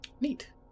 Neat